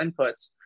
inputs